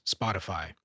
Spotify